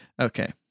Okay